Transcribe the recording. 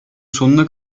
sonuna